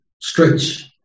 stretch